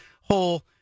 whole